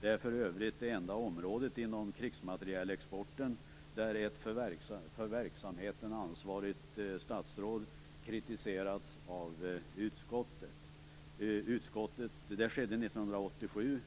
Det är för övrigt det enda område inom krigsmaterielexporten där ett för verksamheten ansvarigt statsråd kritiserats av utskottet. Det skedde 1987.